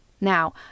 Now